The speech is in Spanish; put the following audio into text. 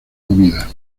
comida